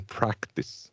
practice